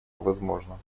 возможно